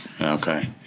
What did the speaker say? Okay